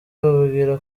ababwira